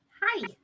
Hi